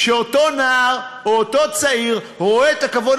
אותו נער או אותו צעיר רואה את הכבוד